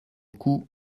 coup